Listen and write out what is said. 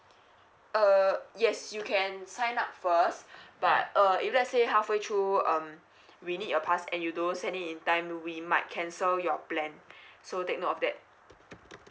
err yes you can sign up first but uh if let say halfway through um we need your pass and you don't send it in time we might cancel your plan so take note of that